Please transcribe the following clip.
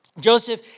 Joseph